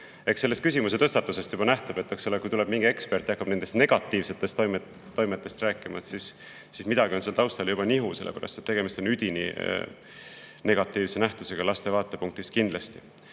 Sellest küsimuse tõstatusest juba nähtub, et kui tuleb mingi ekspert ja hakkab rääkima negatiivsetest toimetest, siis midagi on seal taustal juba nihu, sellepärast et tegemist on üdini negatiivse nähtusega, laste vaatepunktist kindlasti.